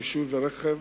רישוי ורכב,